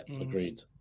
agreed